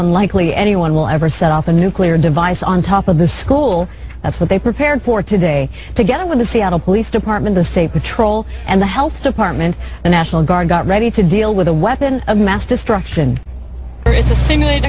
unlikely anyone will ever set off a nuclear device on top of this school that's what they prepared for today together with the seattle police department the state patrol and the health department the national guard got ready to deal with a weapon of mass destruction it's a simulate